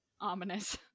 Ominous